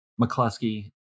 McCluskey